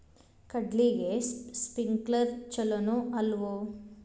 ಕಡ್ಲಿಗೆ ಸ್ಪ್ರಿಂಕ್ಲರ್ ಛಲೋನೋ ಅಲ್ವೋ?